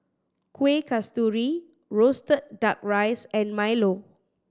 Kueh Kasturi roasted Duck Rice and milo